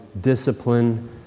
discipline